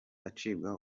acibwa